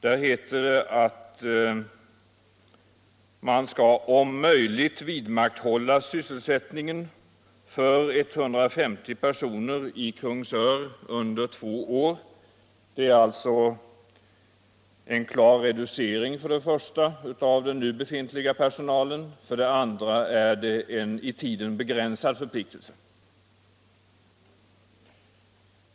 Där heter det att man om möjligt skall vidmakthålla sysselsättningen för 150 personer.i Kungsör under två år. Det är alltså en klar reducering av den nu befintliga personalen, och det är en i tiden begränsad förpliktelse.